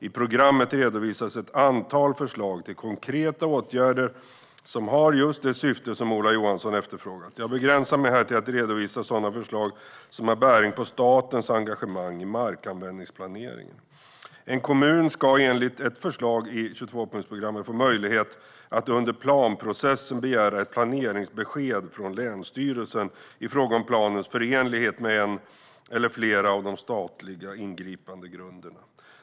I programmet redovisas ett antal förslag till konkreta åtgärder som har just det syfte som Ola Johansson efterfrågar. Jag begränsar mig här till att redovisa sådana förslag som har bäring på statens engagemang i markanvändningsplaneringen. En kommun ska enligt ett förslag i 22-punktsprogrammet få möjlighet att under planprocessen begära ett planeringsbesked från länsstyrelsen i fråga om planens förenlighet med en eller flera av de statliga ingripandegrunderna.